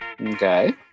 okay